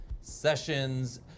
Sessions